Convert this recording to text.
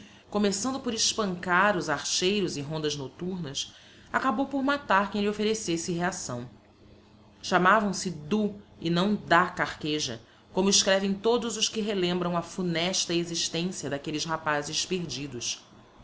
começando por espancar os archeiros e rondas nocturnas acabou por matar quem lhe offerecesse reacção chamavam se do e não da carqueja como escrevem todos os que relembram a funesta existencia d'aquelles rapazes perdidos